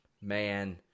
Man